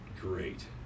great